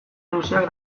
luzeak